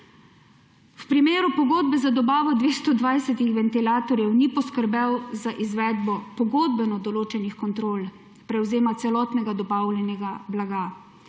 V primeru pogodbe za dobavo 220 ventilatorjev ni poskrbel za izvedbo pogodbeno določenih kontrol prevzema celotnega dobavljenega blaga.